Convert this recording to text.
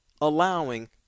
allowing